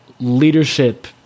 leadership